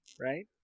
right